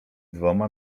dwoma